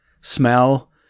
smell